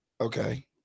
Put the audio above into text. Okay